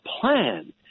plan